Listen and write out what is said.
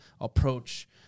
approach